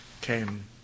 came